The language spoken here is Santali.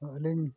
ᱟᱹᱞᱤᱧ